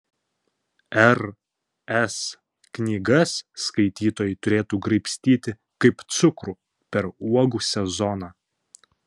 r s knygas skaitytojai turėtų graibstyti kaip cukrų per uogų sezoną